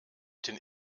den